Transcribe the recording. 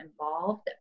involved